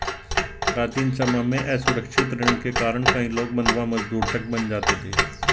प्राचीन समय में असुरक्षित ऋण के कारण कई लोग बंधवा मजदूर तक बन जाते थे